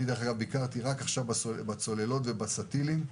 רק עכשיו ביקרתי בצוללות ובסטילים,